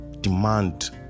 demand